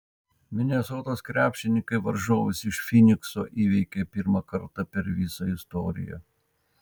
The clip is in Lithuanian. minesotos krepšininkai varžovus iš fynikso įveikė pirmą kartą per visą istoriją